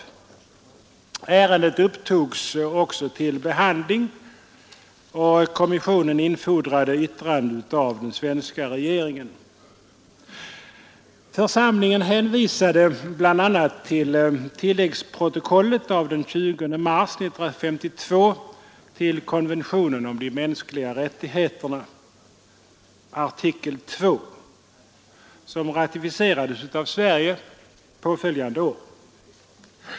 Ärendet upptogs också till behandling och kommissionen infordrade yttrande av den svenska regeringen. Församlingen hänvisade bl.a. till tilläggsprotokollet av den 20 mars 1952 beträffande konventionen om de mänskliga rättigheterna, artikel 2, som ratificerades av Sverige påföljande år.